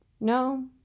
No